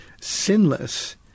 sinless